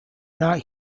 not